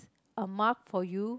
a mark for you